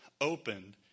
opened